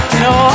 no